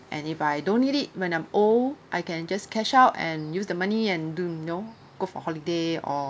and if I don't need it when I'm old I can just cash out and use the money and do you know go for holiday or